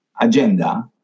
agenda